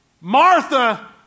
Martha